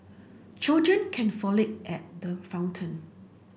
children can frolic at the fountain